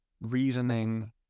reasoning